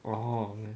oh